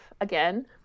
again